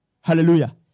Hallelujah